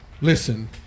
listen